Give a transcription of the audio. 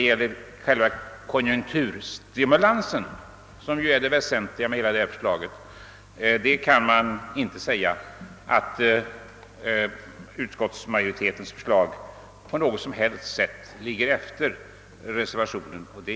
Beträffande själva konjunkturstimulansen, som ju är det väsentliga i hela förslaget, kan man emellertid inte säga, att utskottsmajoritetens förslag på något sätt är sämre än reservationens.